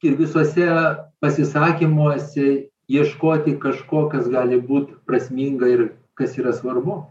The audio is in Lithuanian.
ir visuose pasisakymuose ieškoti kažko kas gali būt prasminga ir kas yra svarbu